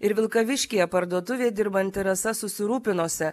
ir vilkaviškyje parduotuvėj dirbanti rasa susirūpinusi